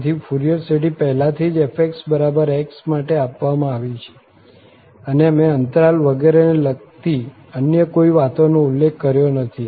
તેથી ફુરિયર શ્રેઢી પહેલાથી જ fx માટે આપવામાં આવી છે અને અમે અંતરાલ વગેરેને લગતી અન્ય કોઈ વાતનો ઉલ્લેખ કર્યો નથી